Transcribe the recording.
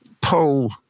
poll